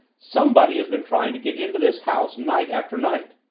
somebody has been trying to get into this house, night after night.